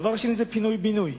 הדבר השני הוא "פינוי בינוי".